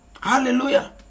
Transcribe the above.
Hallelujah